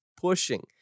pushing